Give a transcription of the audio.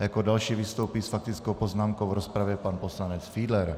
Jako další vystoupí s faktickou poznámkou v rozpravě pan poslanec Fiedler.